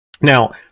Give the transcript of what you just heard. Now